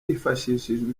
hifashishijwe